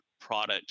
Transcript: product